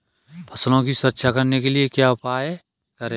फसलों की सुरक्षा करने के लिए क्या उपाय करें?